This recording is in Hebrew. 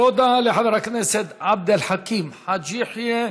תודה לחבר הכנסת עבד אל חכים חאג' יחיא.